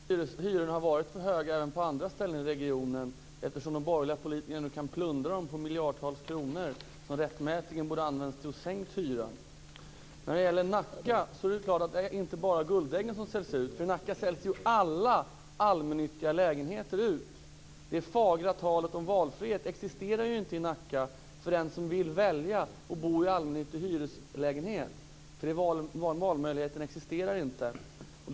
Fru talman! Det går väl att konstatera att hyrorna har varit högre än på andra ställen i regionen, eftersom de borgerliga politikerna nu kan plundra bostadsföretag på miljardtals kronor som rättmätigt borde ha använts till att sänka hyran. Det är inte bara guldäggen som säljs ut i Nacka. I Nacka säljs alla allmännyttiga lägenheter ut. Det fagra talet om valfrihet existerar inte i Nacka för den som vill välja att bo i allmännyttig hyreslägenhet. Den valmöjligheten existerar inte.